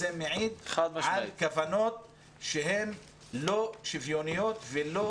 זה מעיד על כוונות לא שוויוניות ולא